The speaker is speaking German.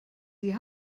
sie